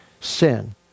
sin